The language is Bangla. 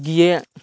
গিয়ে